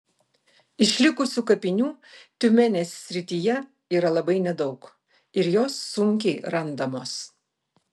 išlikusių kapinių tiumenės srityje yra labai nedaug ir jos sunkiai randamos